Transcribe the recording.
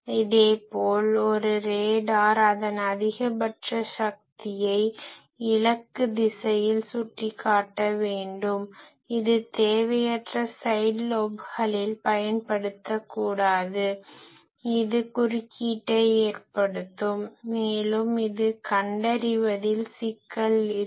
இதேபோல் ஒரு ராடார் அதன் அதிகபட்ச சக்தியை இலக்கு திசையில் சுட்டிக்காட்ட வேண்டும் இது தேவையற்ற ஸைட் லோப்களில் பயன்படுத்தக்கூடாது இது குறுக்கீட்டை ஏற்படுத்தும் மேலும் இது கண்டறிவதில் சிக்கல் இருக்கும்